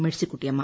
Mercykuttyamma